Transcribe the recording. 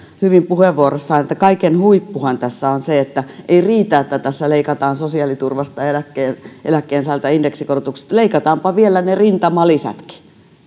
hyvin että kaiken huippuhan tässä on se että ei riitä että tässä leikataan sosiaaliturvasta eläkkeensaajilta indeksikorotuksesta leikataanpa vielä ne rintamalisätkin